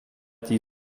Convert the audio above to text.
die